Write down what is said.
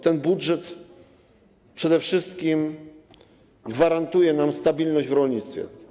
Ten budżet przede wszystkim gwarantuje nam stabilność w rolnictwie.